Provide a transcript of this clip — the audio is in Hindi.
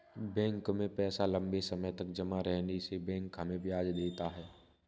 बैंक में पैसा लम्बे समय तक जमा रहने से बैंक हमें ब्याज देता है